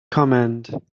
command